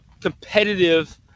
competitive